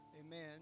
Amen